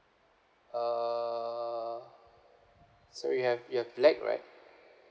uh so you have you have black right